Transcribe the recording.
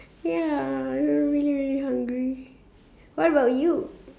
ya I'm really really hungry what about you